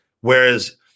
Whereas